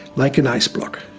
like an ice block.